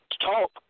talk